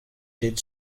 did